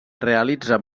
realitza